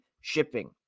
shipping